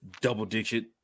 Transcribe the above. double-digit